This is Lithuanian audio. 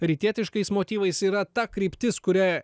rytietiškais motyvais yra ta kryptis kuria